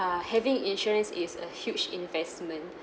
having insurance is a huge investment